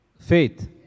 Faith